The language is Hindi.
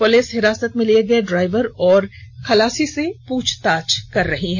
पुलिस हिरासत में लिए ड्राइवर और खलासी से पूछताछ कर रही है